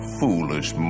foolish